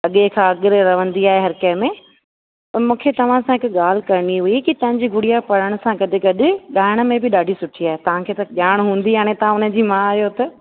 अॻे खां अॻरे रहंदी आहे हर कंहिंमें त मूंखे तव्हां सां हिकु ॻाल्हि करिणी हुई की तव्हांजी गुड़िया पढ़ण सां गॾु गॾु ॻाइण में बि ॾाढी सुठी आहे तव्हांखे त ॼाण हूंदी हाणे तव्हां हुन माउ आयो त